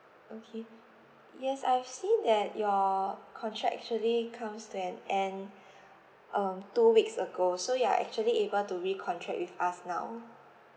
okay yes I've seen that your contract actually comes to an end um two weeks ago so you're actually able to recontract with us now